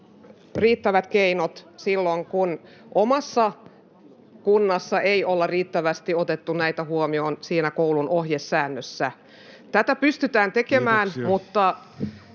riittävät keinot silloin kun omassa kunnassa ei olla riittävästi otettu näitä huomioon siinä koulun ohjesäännössä. Tätä pystytään tekemään,